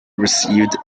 received